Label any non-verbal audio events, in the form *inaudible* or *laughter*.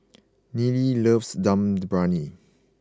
*noise* Neely loves Dum Briyani